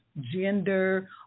gender